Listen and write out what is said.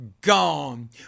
gone